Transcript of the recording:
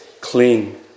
clean